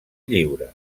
lliure